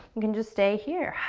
you can just stay here,